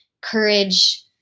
courage